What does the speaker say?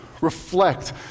reflect